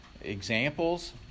examples